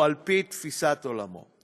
על-פי תפיסת עולמו.